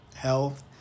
Health